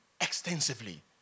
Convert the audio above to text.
extensively